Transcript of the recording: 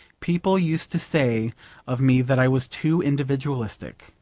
people used to say of me that i was too individualistic.